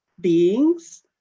beings